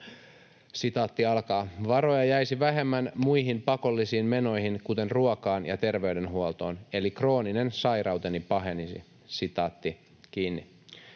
rahaa ruokaan.” ”Varoja jäisi vähemmän muihin pakollisiin menoihin, kuten ruokaan ja terveydenhuoltoon, eli krooninen sairauteni pahenisi.” ”Teen